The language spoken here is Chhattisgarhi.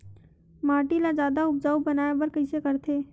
माटी ला जादा उपजाऊ बनाय बर कइसे करथे?